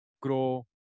grow